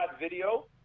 video